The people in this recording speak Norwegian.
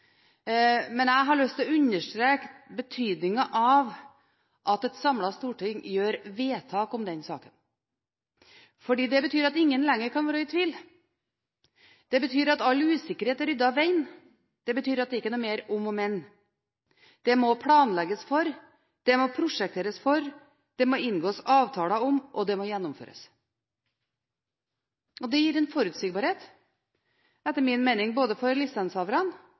men jeg har lyst til å understreke betydningen av at et samlet storting gjør vedtak i denne saken. For det betyr at ingen lenger kan være i tvil. Det betyr at all usikkerhet er ryddet av veien. Det betyr at det er ikke noe mer om og men. Det må planlegges for, det må prosjekteres for, det må inngås avtaler om, og det må gjennomføres. Det gir etter min mening en forutsigbarhet, både for